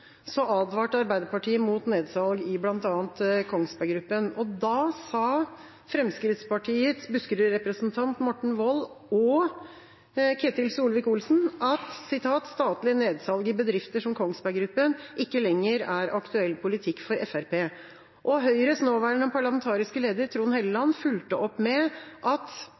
advarte Arbeiderpartiet mot nedsalg i bl.a. Kongsberg Gruppen, og da sa Fremskrittspartiets Buskerud-representant Morten Wold og Ketil Solvik-Olsen at «statlig nedsalg i bedrifter som Kongsberg Gruppen ikke lenger er aktuell politikk for Frp». Og Høyres nåværende parlamentariske leder, Trond Helleland, fulgte opp med at